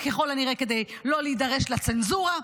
ככל הנראה כדי לא להידרש לצנזורה.